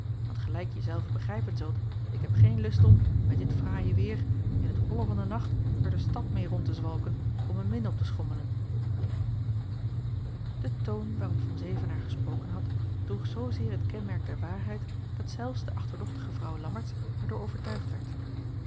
want gelijk je zelve begrijpen zult ik heb geen lust om met dit fraaie weêr in t holle van de nacht er de stad meê rond te zwalken om een min op te schommelen de toon waarop van zevenaer gesproken had droeg zoozeer het kenmerk der waarheid dat zelfs de achterdochtige vrouw lammertsz er door overtuigd werd